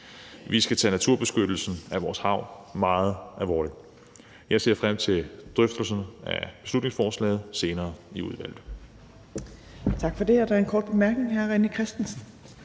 Vi skal tage naturbeskyttelsen af vores hav meget alvorligt. Jeg ser frem til drøftelserne af beslutningsforslaget senere i udvalget.